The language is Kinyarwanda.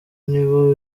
nibo